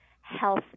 health